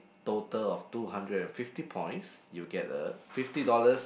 total of two hundred and fifty points you'll get a fifty dollars